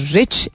rich